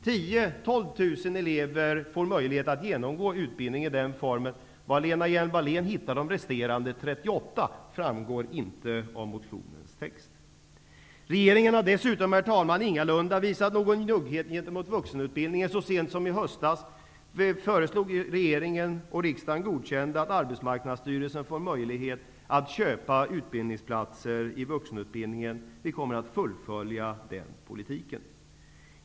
10 000--12 000 elever får möjlighet att genomgå utbildning i den formen. Vad Lena Hjelm-Wallén hämtar de resterande 38 000 framgår inte av motionens text. Regeringen har dessutom, herr talman, ingalunda visat någon njugghet gentemot vuxenutbildningen. Så sent som i höstas föreslog regeringen, och riksdagen godkände, att Arbetsmarknadsstyrelsen får möjlighet att köpa utbildningsplatser inom vuxenutbildningen. Vi kommer att fullfölja denna politik.